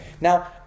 Now